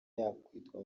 yakwitwa